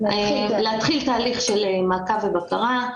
נתחיל תהליך של מעקב ובקרה.